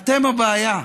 אתם הבעיה.